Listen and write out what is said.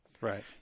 right